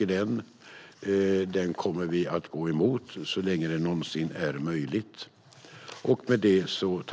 Vi kommer att gå emot den så länge det någonsin är möjligt.